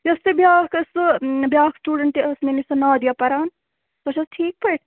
یُس تۄہہِ بیٛاکھ ٲس سُہ بیاکھ سِٹوٗڈَنٛٹ تہِ ٲسۍ مےٚ نِش سۅ نادِیا پَران سۄ چھا حظ ٹھیٖک پٲٹھۍ